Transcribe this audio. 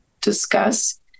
discuss